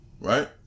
Right